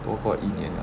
多过一年了